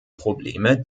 probleme